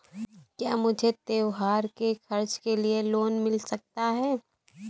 क्या मुझे त्योहार के खर्च के लिए लोन मिल सकता है?